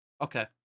Okay